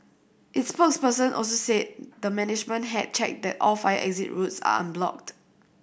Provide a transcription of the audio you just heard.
its spokesperson also said the management had checked that all fire exit routes are unblocked